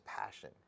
passion